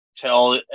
tell